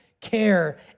care